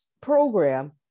program